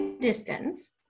distance